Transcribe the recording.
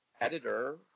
editor